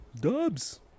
dubs